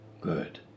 Good